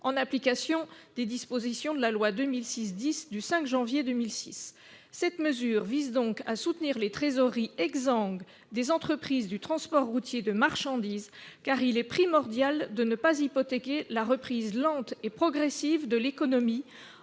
en application des dispositions de la loi n° 2006-10 du 5 janvier 2006. Cet amendement vise donc à soutenir les trésoreries exsangues des entreprises du transport routier de marchandises, car il est primordial de ne pas hypothéquer la reprise lente et progressive de l'économie